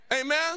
Amen